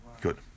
good